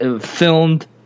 filmed